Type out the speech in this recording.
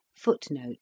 Footnote